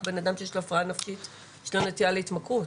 אדם שיש לו הפרעה נפשית יש לו נטייה להתמכרות.